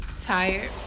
tired